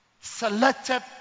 selected